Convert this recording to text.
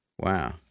Wow